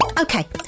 Okay